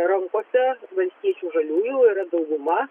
rankose valstiečių žaliųjų yra dauguma